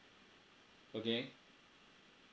okay